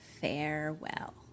Farewell